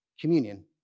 communion